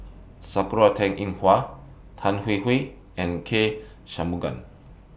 Sakura Teng Ying Hua Tan Hwee Hwee and K Shanmugam